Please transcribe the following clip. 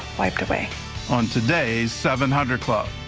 i could wait on today's seven hundred club.